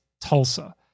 Tulsa